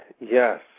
Yes